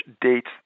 dates